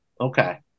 okay